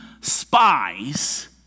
spies